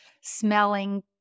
smelling